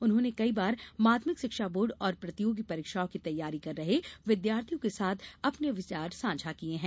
उन्होंने कई बार माध्यमिक शिक्षा बोर्ड और प्रतियोगी परीक्षाओं की तैयारी कर रहे विद्यार्थियों के साथ अपने विचार साझा किये हैं